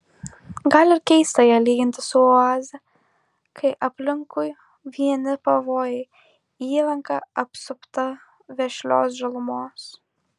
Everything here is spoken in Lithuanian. gal ir keista ją lyginti su oaze kai aplinkui vieni pavojai įlanka apsupta vešlios žalumos